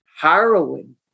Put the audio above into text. harrowing